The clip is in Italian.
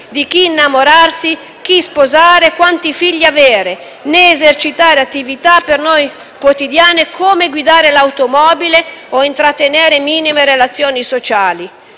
di chi innamorarsi, chi sposare, quanti figli avere, né esercitare attività per noi quotidiane come guidare l'automobile o intrattenere minime relazioni sociali.